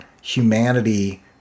humanity